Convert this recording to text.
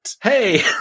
Hey